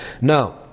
Now